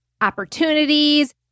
Opportunities